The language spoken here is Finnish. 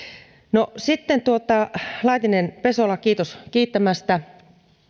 no sitten laitinen pesola kiitos kiittämästä